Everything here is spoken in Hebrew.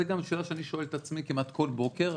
וזו גם שאלה שאני שואל את עצמי כמעט כל בוקר,